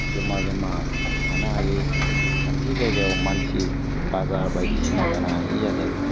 जमा जमा थानो हायै मोनसे जायगायाव मानसि बाजार बायदिसिना जानो हायि जादों